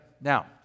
now